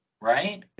right